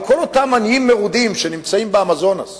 אבל כל אותם עניים מרודים שנמצאים באמזונס